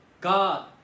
God